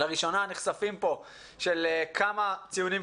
שינוי הציונים שנחשפים כאן לראשונה.